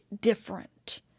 different